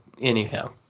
anyhow